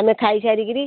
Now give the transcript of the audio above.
ଆମେ ଖାଇ ସାରିକରି